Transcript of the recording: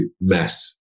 mess